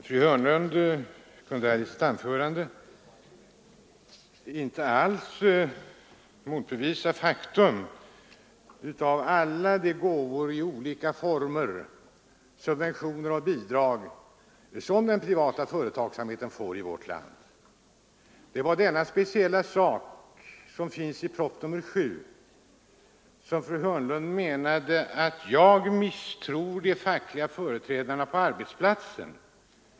Fru talman! Fru Hörnlund kunde i sitt anförande inte alls motbevisa det faktum att den privata företagsamheten i vårt land får motta gåvor i olika former, subventioner och bidrag. Det var en kommentar till proposition nr 7 som gjorde att fru Hörnlund menade att jag skulle misstro de fackliga företrädarna på arbetsplatserna.